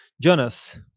Jonas